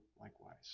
likewise